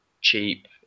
cheap